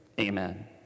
Amen